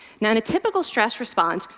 now, in a typical stress response,